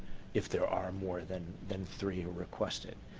if there are more than than three requested.